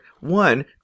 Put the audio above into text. One